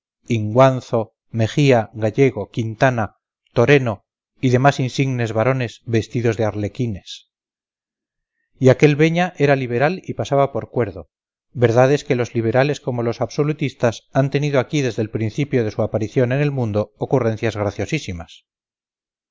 inguanzo mejía gallego quintana toreno y demás insignes varones vestidos de arlequines y aquel beña era liberal y pasaba por cuerdo verdad es que los liberales como los absolutistas han tenido aquí desde el principio de su aparición en el mundo ocurrencias graciosísimas